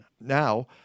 now